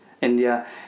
India